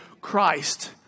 Christ